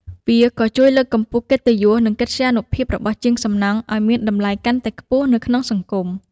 វាក៏ជួយលើកកម្ពស់កិត្តិយសនិងកិត្យានុភាពរបស់ជាងសំណង់ឱ្យមានតម្លៃកាន់តែខ្ពស់នៅក្នុងសង្គម។